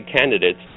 candidates